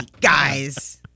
guys